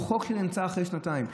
הוא חוק שנמצא אחרי שנתיים.